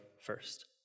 first